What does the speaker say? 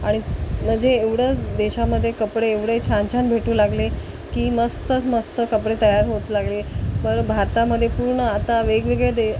आणि म्हणजे एवढं देशामध्ये कपडे एवढे छान छान भेटू लागले की मस्तच मस्त कपडे तयार होत लागले पर भारतामध्ये पूर्ण आता वेगवेगळे दे